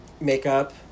Makeup